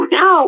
no